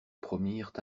promirent